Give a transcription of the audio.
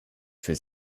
für